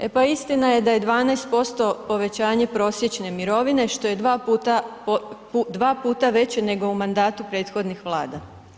E pa istina je da je 12% povećanje prosječne mirovine što je 2 puta veće nego u mandatu prethodnih Vlada.